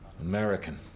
American